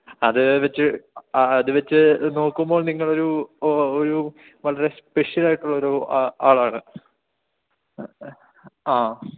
അത് വെച്ച് അത് വെച്ച് നോക്കുമ്പോൾ നിങ്ങളൊരു ഒരു വളരെ സ്പെഷ്യൽ ആയിട്ടുള്ളൊരു ആളാണ് ആ